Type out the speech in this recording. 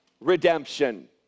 redemption